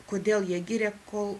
kodėl jie giria kol